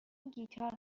گیتار